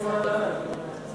ההצעה להעביר